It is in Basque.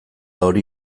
hori